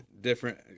different